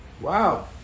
Wow